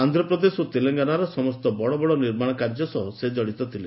ଆନ୍ଧ୍ରପ୍ରଦେଶ ଓ ତେଲଙ୍ଗାନାର ସମସ୍ତ ବଡ଼ବଡ଼ ନିର୍ମାଣ କାର୍ଯ୍ୟ ସହ ସେ ଜଡ଼ିତ ଥିଲେ